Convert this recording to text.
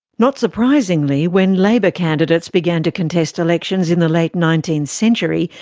not surprisingly, when labor candidates began to contest elections in the late nineteenth century,